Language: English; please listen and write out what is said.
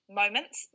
moments